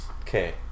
okay